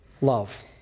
Love